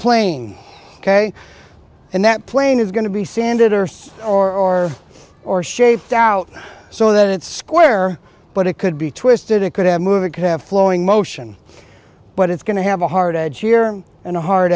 plane ok and that plane is going to be sanded or or or shaped out so that it's square but it could be twisted it could have moved it could have flown motion but it's going to have a hard edge year and a hard